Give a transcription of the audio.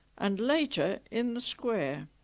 and later in the square